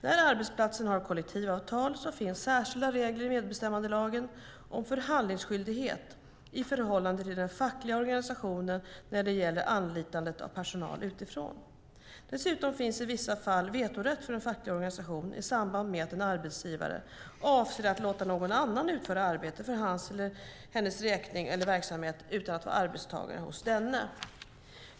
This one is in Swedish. När arbetsplatsen har kollektivavtal finns särskilda regler i medbestämmandelagen om förhandlingsskyldighet i förhållande till den fackliga organisationen när det gäller anlitandet av personal utifrån. Dessutom finns i vissa fall vetorätt för en facklig organisation i samband med att en arbetsgivare avser att låta någon annan utföra arbete för hans eller hennes räkning eller i dennes verksamhet, utan att vara arbetstagare hos denne.